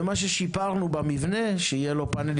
ומה ששיפרנו במבנה שיהיה לו פאנלים